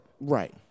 Right